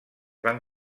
van